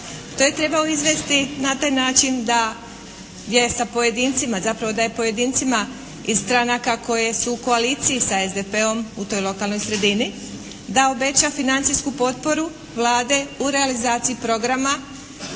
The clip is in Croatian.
da je sa pojedincima, zapravo da je pojedincima i stranaka koje su u koaliciji sa SDP-om u toj lokalnoj sredini, da obeća financijsku potporu Vlade u realizaciji programa